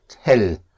hell